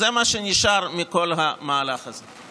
זה מה שנשאר מכל המהלך הזה.